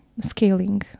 scaling